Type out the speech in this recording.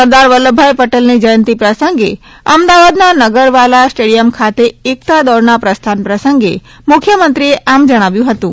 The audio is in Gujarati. સરદાર વલ્લભભાઇ પટેલની જંયતી પ્રસંગે અમદાવાદના નગરવાલા સ્ટેડિયમ ખાતે એકતા દોડના પ્રસ્થાન પ્રંસગે મુખ્યમંત્રીશ્રીએ આમ જણાવ્યુ હતુ